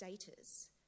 status